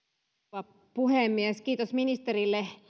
arvoisa rouva puhemies kiitos ministerille